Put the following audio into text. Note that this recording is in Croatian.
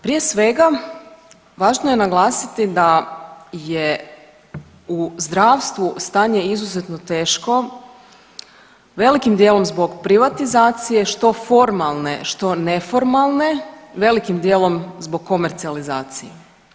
Prije svega važno je naglasiti da je u zdravstvu stanje izuzetno teško velikim dijelom zbog privatizacije što formalne što neformalne, velikim dijelom zbog komercijalizacije.